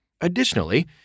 Additionally